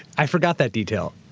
i forgot that detail.